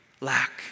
lack